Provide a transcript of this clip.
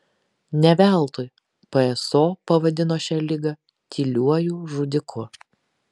ne veltui pso pavadino šią ligą tyliuoju žudiku